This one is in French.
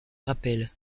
rappelle